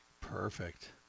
perfect